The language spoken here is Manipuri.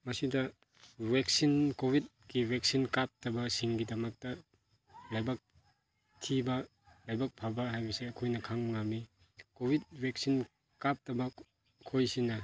ꯃꯁꯤꯗ ꯋꯦꯛꯁꯤꯟ ꯀꯣꯕꯨꯠꯀꯤ ꯕꯦꯛꯁꯤꯟ ꯀꯥꯞꯇꯕꯁꯤꯡꯒꯤꯗꯃꯛꯇ ꯂꯥꯏꯕꯛ ꯊꯤꯕ ꯂꯥꯏꯕꯛ ꯐꯕ ꯍꯥꯏꯕꯁꯤ ꯑꯩꯈꯣꯏꯅ ꯈꯪꯕ ꯉꯝꯃꯤ ꯀꯣꯕꯤꯠ ꯕꯦꯛꯁꯤꯟ ꯀꯥꯞꯇꯕ ꯑꯩꯈꯣꯏꯁꯤꯅ